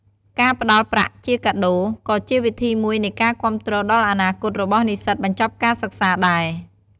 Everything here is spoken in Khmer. ការផ្តល់ប្រាក់ជាកាដូ ក៏ជាវិធីមួយនៃការគាំទ្រដល់អនាគតរបស់និស្សិតបញ្ចប់ការសិក្សាដែរ។